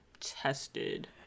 tested